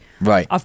right